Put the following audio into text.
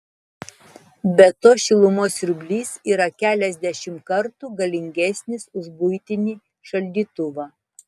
be to šilumos siurblys yra keliasdešimt kartų galingesnis už buitinį šaldytuvą